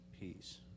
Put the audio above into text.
peace